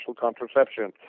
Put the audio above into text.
contraception